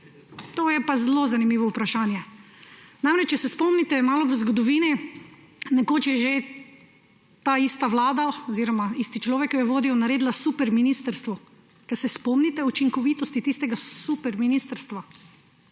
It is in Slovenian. To je pa zelo zanimivo vprašanje. Namreč, če se spomnite malo zgodovine, nekoč je že taista vlada oziroma isti človek, ki jo je vodil, naredila superministrstvo. Se spomnite učinkovitosti tistega superministrstva?